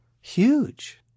huge